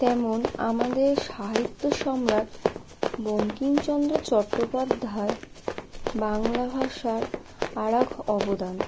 তেমন আমাদের সাহিত্য সম্রাট বঙ্কিমচন্দ্র চট্টোপাধ্যায় বাংলা ভাষার আর এক অবদান